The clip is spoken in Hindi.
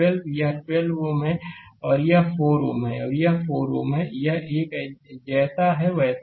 यह 12 Ω है और यह 4 Ω है और यह 4 Ω है यह एक जैसा है वैसा ही है